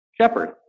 shepherd